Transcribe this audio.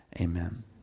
Amen